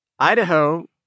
Idaho